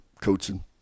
coaching